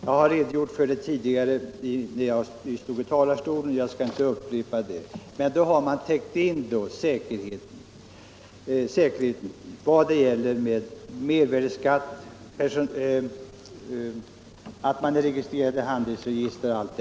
Jag har redogjort för det tidigare, då jag nyss stod i talarstolen, och jag skall inte upprepa det. Men om man gjort på detta sätt skulle man ha täckt in säkerheten i vad det gäller mervärdeskatt, registrering i handelsregister etc.